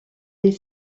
est